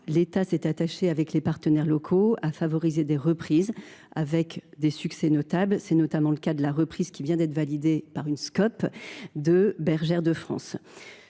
l’État s’est attaché, avec les partenaires locaux, à favoriser des reprises, avec des succès notables. C’est notamment le cas de la reprise par une Scop, qui vient d’être validée, de Bergère de France.